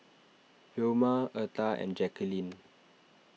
Vilma Eartha and Jackeline